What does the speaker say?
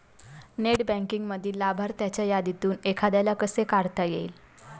Net बँकिंगमधील लाभार्थ्यांच्या यादीतून एखाद्याला कसे काढता येईल?